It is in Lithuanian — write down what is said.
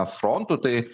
frontu tai